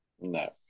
No